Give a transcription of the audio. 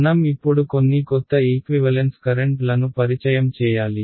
మనం ఇప్పుడు కొన్ని కొత్త ఈక్వివలెన్స్ కరెంట్లను పరిచయం చేయాలి